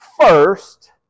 first